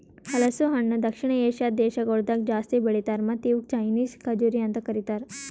ಹಲಸು ಹಣ್ಣ ದಕ್ಷಿಣ ಏಷ್ಯಾದ್ ದೇಶಗೊಳ್ದಾಗ್ ಜಾಸ್ತಿ ಬೆಳಿತಾರ್ ಮತ್ತ ಇವುಕ್ ಚೈನೀಸ್ ಖಜುರಿ ಅಂತ್ ಕರಿತಾರ್